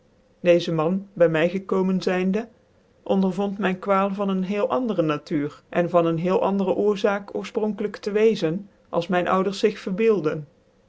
was deczcman by my gekomen zijnde ondervond myn kwaal van een hecle andere natuur cn van een hcelc andere oorzaak oorfpronkclijk te wezen als myn ouders zig verbeelden